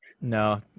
No